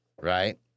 right